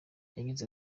yagize